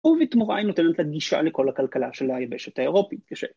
‫ובתמורה היא נותנת לה גישה ‫לכל הכלכלה של היבשת האירופית.